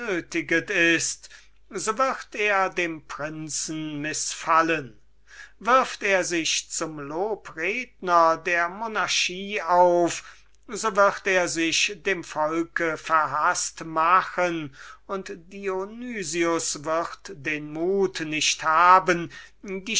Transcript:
ist so wird er dem prinzen mißfallen wirft er sich zum lobredner der monarchie auf so wird er sich dem volke verhaßt machen und dionys wird den mut nicht haben